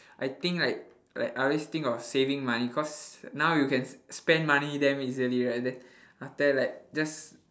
I think like like I always think of saving money cause now you can s~ spend money damn easily right like that after like just